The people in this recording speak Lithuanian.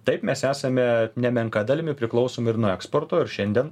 taip mes esame nemenka dalimi priklausomi ir nuo eksporto ir šiandien